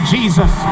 Jesus